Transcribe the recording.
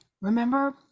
remember